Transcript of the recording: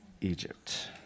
Egypt